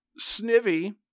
Snivy